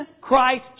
Christ